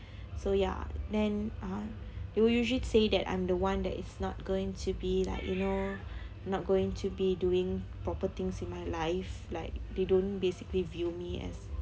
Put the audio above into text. so ya then uh they will usually say that I'm the one that is not going to be like you know not going to be doing proper things in my life like they don't basically view me as